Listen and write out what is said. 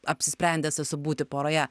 apsisprendęs esu būti poroje